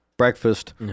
Breakfast